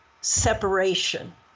separation